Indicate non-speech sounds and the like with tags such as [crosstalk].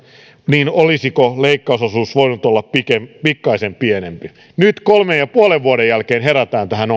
niin olisiko leikkausosuus voinut olla pikkaisen pienempi nyt kolmen ja puolen vuoden jälkeen herätään tähän [unintelligible]